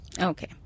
Okay